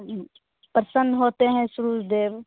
पसंद होते हैं सूरज देव